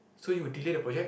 so you will delay the project